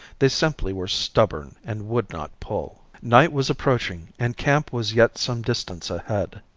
they simply were stubborn and would not pull. night was approaching and camp was yet some distance ahead.